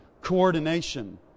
coordination